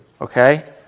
Okay